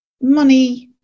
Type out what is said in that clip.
money